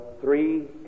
three